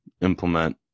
implement